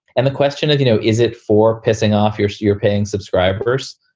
and the question of, you know, is it for pissing off your city or paying subscribers?